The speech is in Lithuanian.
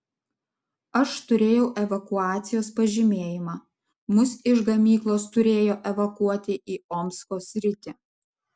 aš turėjau evakuacijos pažymėjimą mus iš gamyklos turėjo evakuoti į omsko sritį